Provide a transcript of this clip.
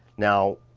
now,